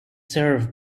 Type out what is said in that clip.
served